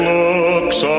looks